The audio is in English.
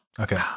Okay